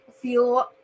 feel